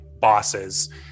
bosses